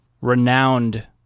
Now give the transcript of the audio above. renowned